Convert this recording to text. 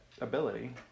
ability